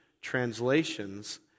translations